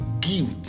guilt